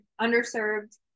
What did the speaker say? underserved